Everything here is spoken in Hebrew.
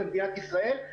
במדינת ישראל.